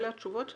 אלה התשובות שלך?